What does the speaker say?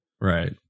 right